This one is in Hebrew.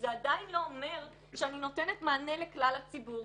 זה עדיין לא אומר שאני נותנת מענה לכלל הציבור.